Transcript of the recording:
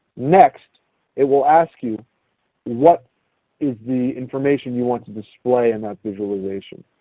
next it will ask you what is the information you want to display in that visualization.